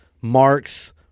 Mark's